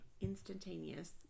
instantaneous